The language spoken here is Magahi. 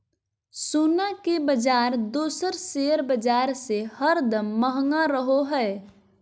सोना के बाजार दोसर शेयर बाजार से हरदम महंगा रहो हय